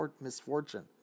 misfortune